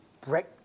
break